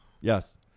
Yes